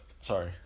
Sorry